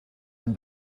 ein